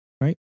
right